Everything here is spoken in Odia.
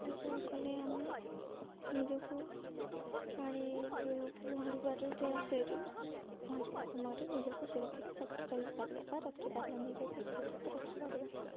ଏସବୁ କଲେ ଆମେ ନିଜକୁ ପାଣି ଯେଉଁ ପହଁରିବାରେ ଜଳାଶୟରେ ପହଁରିବା ସମୟରେ ନିଜକୁ ସୁରକ୍ଷିତ ରହିପାରିବା ବା ରଖିପାରିବା ନିଜକୁ ସୁରକ୍ଷିତ ରଖିପାରିବା